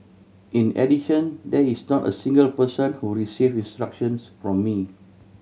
in addition there is not a single person who received instructions from me